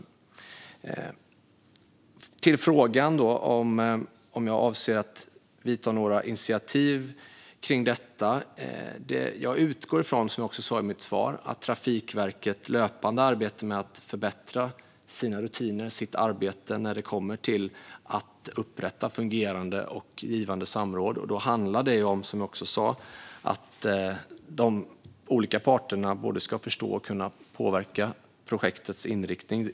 När det gäller frågan om jag avser att ta några initiativ kring detta utgår jag ifrån, som jag också sa i mitt svar, att Trafikverket löpande arbetar med att förbättra sina rutiner och sitt arbete när det kommer till att upprätta fungerande och givande samråd. Då handlar det, som jag också sa, om att de olika parterna ska både förstå och kunna påverka projektets inriktning.